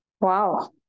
Wow